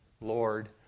Lord